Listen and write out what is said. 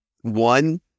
one